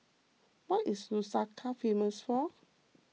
what is Lusaka famous for